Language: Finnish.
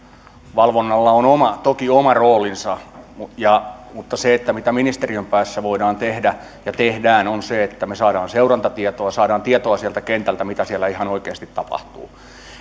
valvonnalla on toki oma roolinsa mutta se mitä ministeriön päässä voidaan tehdä ja tehdään on se että me saamme seurantatietoa saamme tietoa sieltä kentältä mitä siellä ihan oikeasti tapahtuu